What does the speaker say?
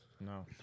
no